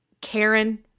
Karen